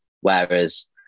whereas